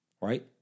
Right